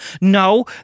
No